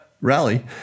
rally